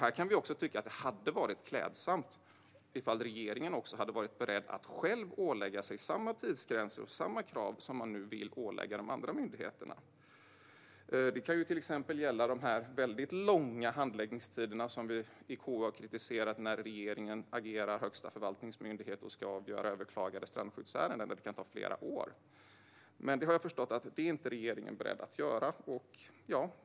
Här kan vi tycka att det hade varit klädsamt ifall regeringen hade varit beredd att själv ålägga sig samma tidsgränser och krav som man nu vill ålägga de andra myndigheterna. Det kan till exempel gälla de väldigt långa handläggningstiderna - som vi i KU har kritiserat - när regeringen agerar högsta förvaltningsmyndighet och ska avgöra överklagade strandskyddsärenden. Då kan det ta flera år. Men jag har förstått att regeringen inte är beredd att göra det.